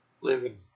Living